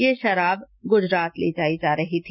यह शराब गुजरात ले जाई जा रही थी